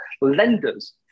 lenders